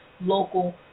local